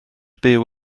byw